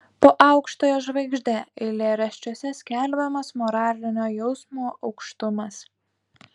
po aukštąja žvaigžde eilėraščiuose skelbiamas moralinio jausmo aukštumas